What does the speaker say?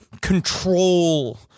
control